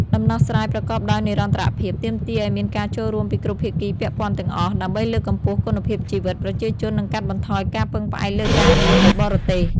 ដំណោះស្រាយប្រកបដោយនិរន្តរភាពទាមទារឱ្យមានការចូលរួមពីគ្រប់ភាគីពាក់ព័ន្ធទាំងអស់ ដើម្បីលើកកម្ពស់គុណភាពជីវិតប្រជាជននិងកាត់បន្ថយការពឹងផ្អែកលើការងារនៅបរទេស។